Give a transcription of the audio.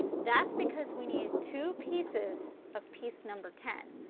that's because we need two pieces of piece number ten.